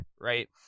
right